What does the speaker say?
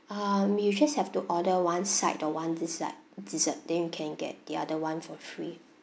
um you just have to order one side or one dessert dessert then you can get the other one for free